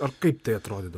ar kaip tai atrodydavo